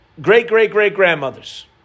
great-great-great-grandmothers